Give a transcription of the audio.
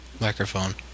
microphone